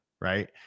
Right